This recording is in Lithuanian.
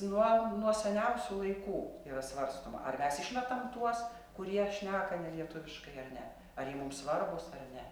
nuo nuo seniausių laikų yra svarstoma ar mes išmetam tuos kurie šneka nelietuviškai ar ne ar ji mums svarbūs ar ne